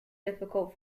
difficult